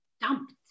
dumped